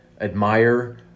admire